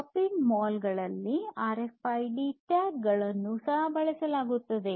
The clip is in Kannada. ಶಾಪಿಂಗ್ ಮಾಲ್ಗಳಲ್ಲಿ ಆರ್ಎಫ್ಐಡಿ ಟ್ಯಾಗ್ಗಳನ್ನು ಸಹ ಬಳಸಲಾಗುತ್ತದೆ